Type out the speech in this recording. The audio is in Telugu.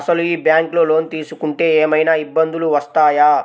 అసలు ఈ బ్యాంక్లో లోన్ తీసుకుంటే ఏమయినా ఇబ్బందులు వస్తాయా?